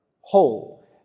Whole